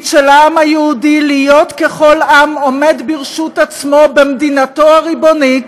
של העם היהודי להיות ככל עם העומד ברשות עצמו במדינתו הריבונית,